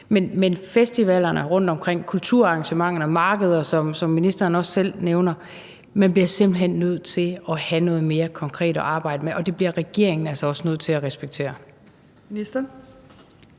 til festivalerne rundtomkring, kulturarrangementerne og markederne, som ministeren også selv nævner, bliver man simpelt hen nødt til at have noget mere konkret at arbejde med, og det bliver regeringen altså også nødt til at respektere.